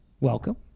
Welcome